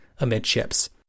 amidships